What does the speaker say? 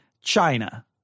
China